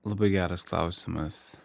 labai geras klausimas